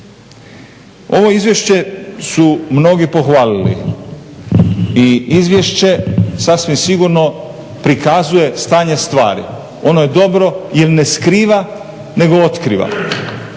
Ovo izvješće su mnogi pohvalili i izvješće sasvim sigurno prikazuje stanje stvari. Ono je dobro jer ne skriva nego otkriva.